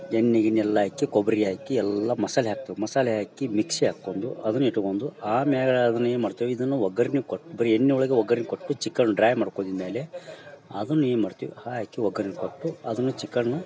ಎಣ್ಣಿ ಗಿಣ್ಣಿ ಎಲ್ಲ ಹಾಕಿ ಕೊಬ್ಬರಿ ಹಾಕಿ ಎಲ್ಲಾ ಮಾಸಾಲೆ ಹಾಕ್ತೇವಿ ಮಸಾಲೆ ಹಾಕಿ ಮಿಕ್ಸಿ ಹಾಕ್ಕೊಂಡು ಅದನು ಇಟ್ಗೊಂದು ಆಮ್ಯಾಲೆ ಅದನ್ನ ಏನ್ಮಾಡ್ತವಿ ಇದನು ಒಗ್ಗರನಿ ಕೊಟ್ಟು ಬರೀ ಎಣ್ಣಿ ಒಳಗೆ ಒಗ್ಗರನಿ ಕೊಟ್ಟು ಚಿಕನ್ ಡ್ರೈ ಮಾಡ್ಕೊಂದ್ಮೇಲೆ ಅದನ್ನ ಏನ್ಮಾಡ್ತೀವಿ ಹಾಕಿ ಒಗ್ಗರನಿ ಕೊಟ್ಟು ಅದನ್ನು ಚಿಕ್ಕನು